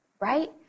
Right